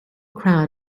crowd